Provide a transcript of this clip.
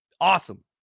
Awesome